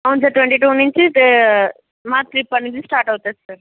అవును sir twenty two నుంచి పే మా ట్రిప్ అనేది స్టార్ట్ అవుతాది సార్